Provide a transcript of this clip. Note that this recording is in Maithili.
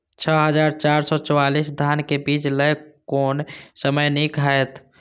छः हजार चार सौ चव्वालीस धान के बीज लय कोन समय निक हायत?